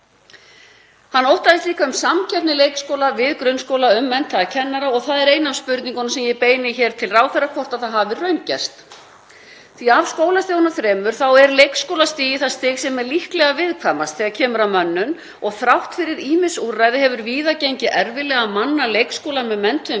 Hann óttaðist líka um samkeppni leikskóla við grunnskóla um menntaða kennara. Það er ein af spurningunum sem ég beini til ráðherra hvort hafi raungerst. Af skólastigunum þremur er leikskólastigið það stig sem er líklega viðkvæmast þegar kemur að mönnun. Þrátt fyrir ýmis úrræði hefur víða gengið erfiðlega að manna leikskóla með menntuðum